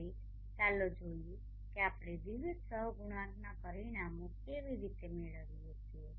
હવે ચાલો જોઈએ કે આપણે વિવિધ સહગુણાંકના પરિમાણો કેવી રીતે મેળવીએ છીએ